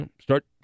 Start